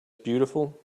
beautiful